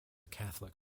catholic